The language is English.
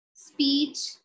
speech